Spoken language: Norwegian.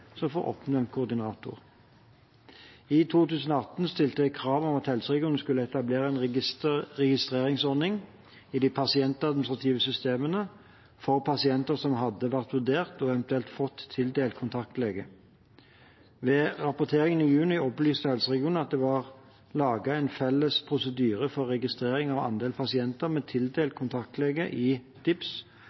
som får oppnevnt koordinator. I 2018 stilte jeg krav om at helseregionene skulle etablere en registreringsordning i de pasientadministrative systemene for pasienter som hadde vært vurdert, og eventuelt fått tildelt kontaktlege. Ved rapporteringen i juni opplyste helseregionene at det var laget en felles prosedyre for registrering av andel pasienter med tildelt kontaktlege i